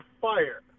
fire